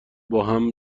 باهم